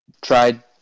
tried